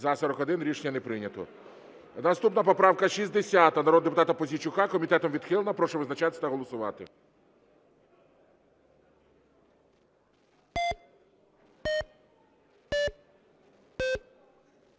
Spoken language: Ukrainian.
За-41 Рішення не прийнято. Наступна поправка 60 народного депутата Пузійчука. Комітетом відхилена. Прошу визначатися та голосувати.